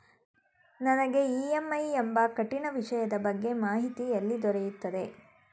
ನನಗೆ ಇ.ಎಂ.ಐ ಎಂಬ ಕಠಿಣ ವಿಷಯದ ಬಗ್ಗೆ ಮಾಹಿತಿ ಎಲ್ಲಿ ದೊರೆಯುತ್ತದೆಯೇ?